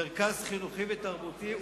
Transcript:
מרכז חינוכי ותרבותי,